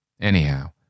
Anyhow